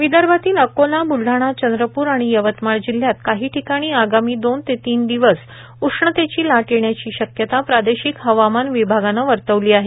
हवामान विदर्भातील अकोला ब्लढाणा चंद्रप्र आणि यवतमाळ जिल्ह्यात काही ठिकाणी आगामी दोन ते तीन दिवस उष्णतेची लाट येण्याची शक्यता प्रादेशिक हवामान विभागानं वर्तवली आहे